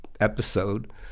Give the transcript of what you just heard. episode